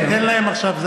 תן, תן להן עכשיו,